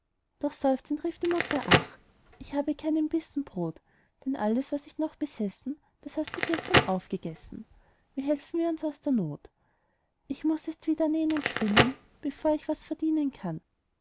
doch seufzend rief die mutter ach ich habe keinen bissen brot denn alles was ich noch besessen das hast du gestern aufgegessen wie helfen wir uns aus der not ich muß erst wieder näh'n und spinnen bevor ich was verdienen kann